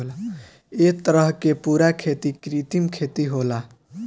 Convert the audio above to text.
ए तरह के पूरा खेती कृत्रिम खेती होला